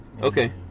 Okay